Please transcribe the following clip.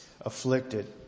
afflicted